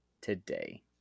today